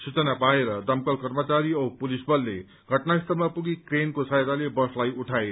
सूचना पाएर दमकल कर्मचारी औ पुलिस बलले घटनास्थलमा पुगी क्रेनको सहायताले बसलाई उठाए